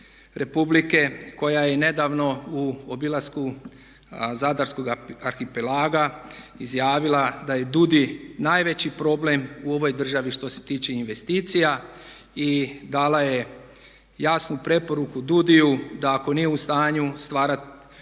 republike koja je i nedavno u obilasku zadarskoga arhipelaga izjavila da je DUUDI najveći problem u ovoj državi što se tiče investicija i dala je jasnu preporuku DUUDI-ju da ako nije u stanju stvarno